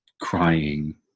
crying